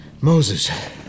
Moses